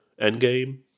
Endgame